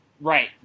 right